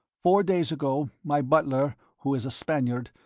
four days ago my butler, who is a spaniard,